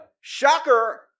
shocker